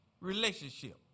relationship